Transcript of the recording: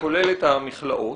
וכולל את המכלאות.